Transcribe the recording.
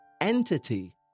entity